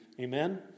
Amen